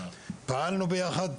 פעלנו ביחד,